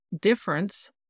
difference